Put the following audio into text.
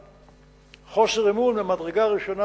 חוסר אמון ממדרגה ראשונה,